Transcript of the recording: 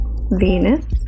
Venus